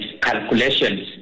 calculations